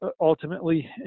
ultimately